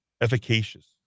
efficacious